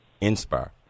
inspire